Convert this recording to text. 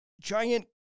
giant